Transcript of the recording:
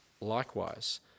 likewise